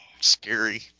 scary